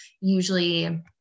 usually